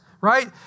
right